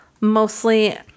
mostly